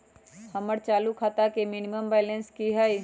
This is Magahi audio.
हमर चालू खाता के मिनिमम बैलेंस कि हई?